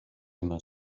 immer